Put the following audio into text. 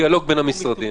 --- דיאלוג בין המשרדים.